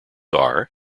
are